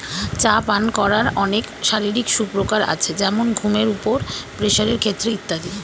চা পান করার অনেক শারীরিক সুপ্রকার আছে যেমন ঘুমের উপর, প্রেসারের ক্ষেত্রে ইত্যাদি